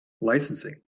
licensing